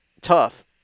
tough